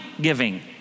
giving